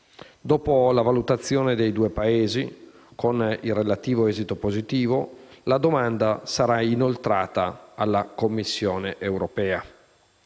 Dopo la valutazione dei due Paesi, con il relativo esito positivo, la domanda sarà inoltrata alla Commissione europea.